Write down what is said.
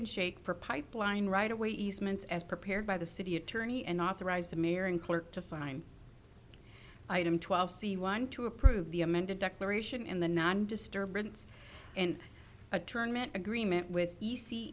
n shake for pipeline right away easement as prepared by the city attorney and authorized the mayor and clerk to sign item twelve c one to approve the amended declaration and the non disturbance in a turn meant agreement with e